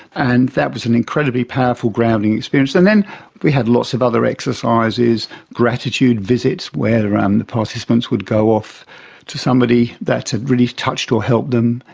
and that was an incredibly powerful grounding experience. and then we had lots of other exercises, gratitude visits where um the participants would go off to somebody that had really touched or helped them,